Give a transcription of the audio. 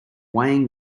weighing